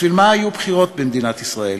בשביל מה היו בחירות במדינת ישראל,